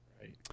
Right